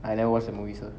I never watch the movies ah